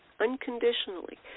unconditionally